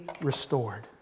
restored